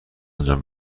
انجام